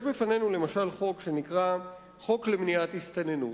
יש בפנינו למשל חוק שנקרא חוק למניעת הסתננות.